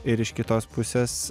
ir iš kitos pusės